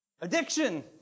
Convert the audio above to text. Addiction